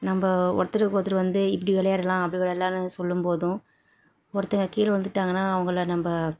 நம்ம ஒருத்தருக்கு ஒருத்தர் வந்து இப்படி விளையாடலாம் அப்படி விளையாடலாம்னு சொல்லும் போதும் ஒருத்தங்க கீழே விழுந்துட்டாங்கன்னா அவங்களை நம்ம